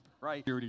right